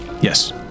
Yes